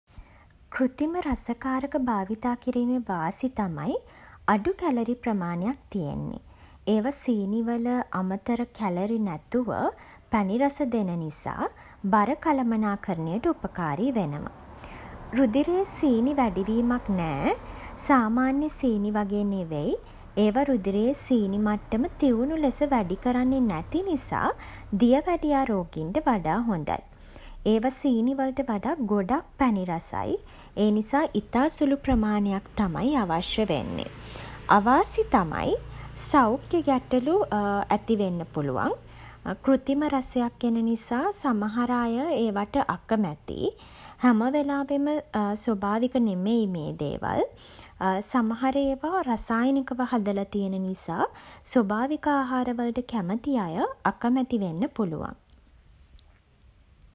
කෘතිම රසකාරක භාවිතා කිරීමේ වාසි තමයි, අඩු කැලරි ප්‍රමාණයක් තියෙන්නෙ. ඒවා සීනිවල අමතර කැලරි නැතුව පැණි රස දෙන නිසා, බර කළමනාකරණයට උපකාරී වෙනවා. රුධිරයේ සීනි වැඩිවීමක් නෑ. සාමාන්‍ය සීනි වගේ නෙවෙයි, ඒවා රුධිරයේ සීනි මට්ටම තියුණු ලෙස වැඩි කරන්නේ නැති නිසා දියවැඩියා රෝගීන්ට වඩා හොඳයි. ඒවා සීනි වලට වඩා ගොඩාක් පැණි රසයි. ඒ නිසා ඉතා සුළු ප්‍රමාණයක් තමයි අවශ්‍ය වෙන්නෙ අවාසි තමයි, සෞඛ්‍ය ගැටළු ඇති වෙන්න පුළුවන්. කෘතිම රසයක් එන නිසා සමහර අය ඒවට අකමැතියි. හැමවෙලාවෙම ස්වාභාවික නෙවෙයි මේ දේවල්. සමහර ඒවා රසායනිකව හදලා තියෙන නිසා, ස්වාභාවික ආහාර වලට කැමති අය අකමැති වෙන්න පුළුවන්.